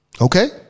Okay